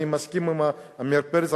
אני מסכים עם עמיר פרץ,